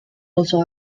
also